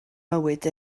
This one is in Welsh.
mywyd